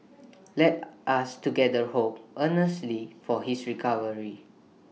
let us together hope earnestly for his recovery